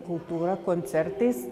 kultūra koncertais